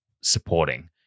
supporting